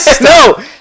No